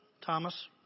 Thomas